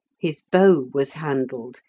his bow was handled,